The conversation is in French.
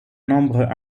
nombre